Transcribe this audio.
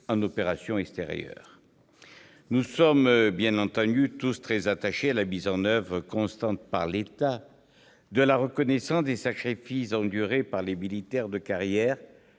les opérations extérieures. Nous sommes tous très attachés à la mise en oeuvre constante par l'État de la reconnaissance des sacrifices endurés par les militaires de carrière,